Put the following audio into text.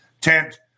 tent